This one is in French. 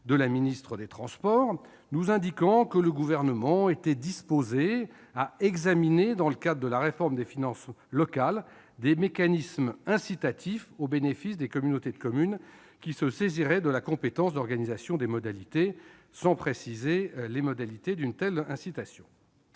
de la ministre des transports nous indiquant que le Gouvernement était disposé à examiner, dans le cadre de la réforme des finances locales, des mécanismes incitatifs au bénéfice des communautés de communes qui se saisiraient de la compétence d'organisation des mobilités, sans préciser les modalités d'une telle incitation.